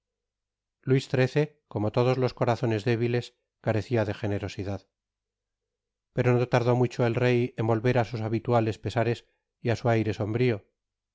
luis xiii como todos los corazones débiles carecia de generosidad pero no tardó mucho el rey en volver á sus habituales pesares y á su aire sombrio